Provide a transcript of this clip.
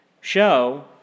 show